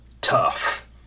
tough